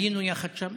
היינו יחד שם,